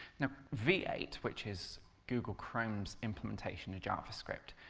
now v eight, which is google chrome's implementation of javascript,